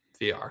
VR